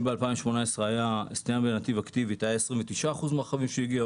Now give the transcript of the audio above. אם ב-2018 סטייה מנתיב אקטיבית היה 29% מהרכבים שהגיעו,